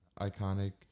iconic